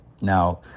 Now